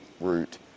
route